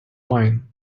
mine